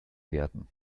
werden